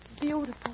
beautiful